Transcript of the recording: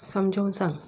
समजावून सांग